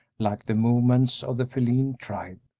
like the movements of the feline tribe.